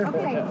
Okay